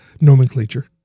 nomenclature